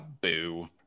boo